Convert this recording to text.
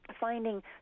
finding